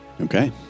Okay